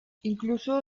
incluso